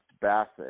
Bassett